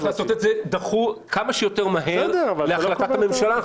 צריך לעשות את זה כמה שיותר מהר להחלטת הממשלה.